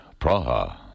Praha